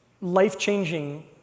life-changing